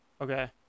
Okay